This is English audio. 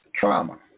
trauma